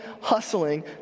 hustling